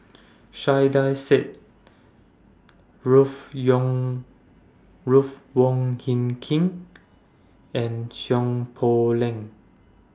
Saiedah Said Ruth Yong Ruth Wong Heng King and Poh Leng